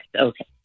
okay